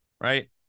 right